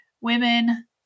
women